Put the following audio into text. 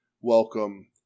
welcome